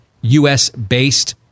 U.S.-based